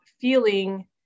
feeling